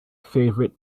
favorite